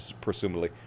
presumably